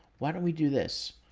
why don't we do this?